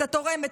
התורמת,